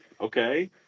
okay